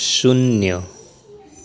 શૂન્ય